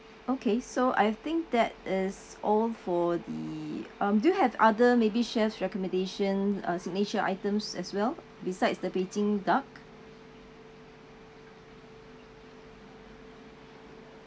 okay so I think that is all for the um do you have other maybe chef's recommendation uh signature items as well besides the beijing duck